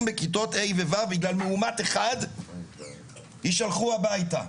בכיתות ה'-ו' בגלל מאומת אחד יישלחו הביתה.